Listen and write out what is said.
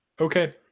Okay